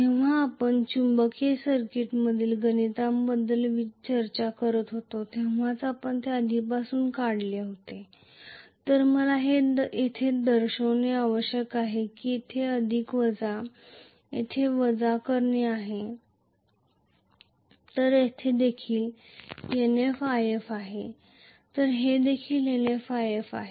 जेव्हा आपण चुंबकीय सर्किटमधील गणितांबद्दल चर्चा करीत होतो तेव्हाच आपण ते आधीपासूनच काढले आहे तर मला हे येथे दर्शवणे आवश्यक आहे की येथे अधिक वजा येथे वजा करणे आहे तर हे देखील NfIf आहे तर हे देखील NfIf आहे